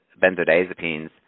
benzodiazepines